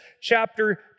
chapter